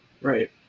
Right